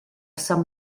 some